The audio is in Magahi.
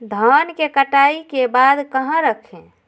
धान के कटाई के बाद कहा रखें?